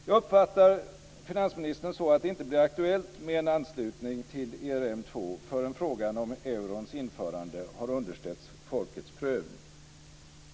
Jag uppfattar finansministern så, att det inte blir aktuellt med en anslutning till ERM2 förrän frågan om eurons införande har underställts folkets prövning.